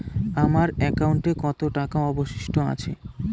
আমার একাউন্টে কত টাকা অবশিষ্ট আছে?